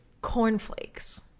cornflakes